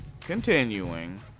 Continuing